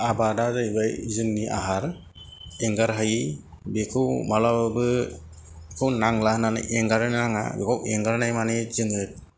आबादा जाहैबाय जोंनि आहार एंगार हायै बेखौ मालाबाबो बेखौ नांला होननानै एंगारनो नाङा बेखौ एंगारनाय माने जोङो